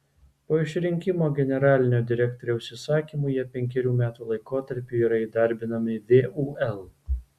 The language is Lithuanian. po išrinkimo generalinio direktoriaus įsakymu jie penkerių metų laikotarpiui yra įdarbinami vul